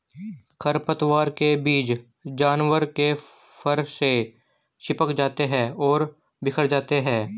खरपतवार के बीज जानवर के फर से चिपक जाते हैं और बिखर जाते हैं